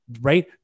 right